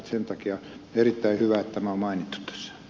sen takia on erittäin hyvä että tämä on mainittu tässä